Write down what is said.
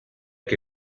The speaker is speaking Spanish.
que